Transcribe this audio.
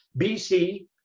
BC